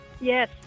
Yes